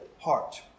heart